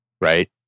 right